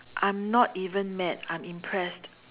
I'm not even mad I'm impressed